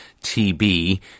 TB